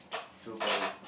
so by